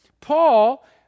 Paul